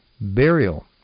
burial